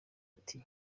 ati